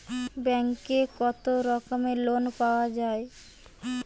ব্যাঙ্কে কত রকমের লোন পাওয়া য়ায়?